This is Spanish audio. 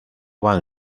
van